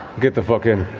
get the fuck in.